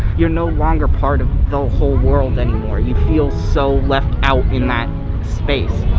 you're no longer part of the whole world anymore. you feel so left out in that space.